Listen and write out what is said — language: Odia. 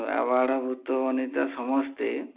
ଆବାଳବୃଦ୍ଧ ବନିତା ସମସ୍ତେ